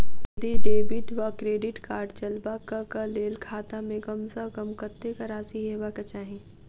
यदि डेबिट वा credit card चलबाक कऽ लेल खाता मे कम सऽ कम कत्तेक राशि हेबाक चाहि?